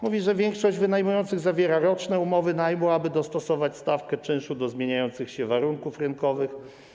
Mówi, że większość wynajmujących zawiera roczne umowy najmu, aby dostosować stawkę czynszu do zmieniających się warunków rynkowych.